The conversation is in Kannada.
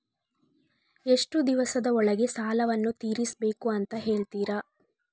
ಎಷ್ಟು ದಿವಸದ ಒಳಗೆ ಸಾಲವನ್ನು ತೀರಿಸ್ಬೇಕು ಅಂತ ಹೇಳ್ತಿರಾ?